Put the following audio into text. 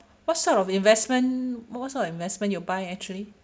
what sort of investment what sort of investment you buy actually